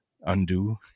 undo